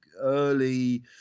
early